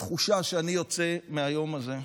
התחושה שבה אני יוצא מהיום הזה,